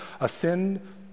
ascend